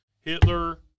Hitler